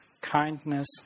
kindness